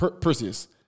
Perseus